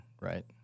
right